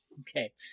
Okay